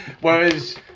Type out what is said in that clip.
Whereas